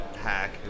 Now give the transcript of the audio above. hack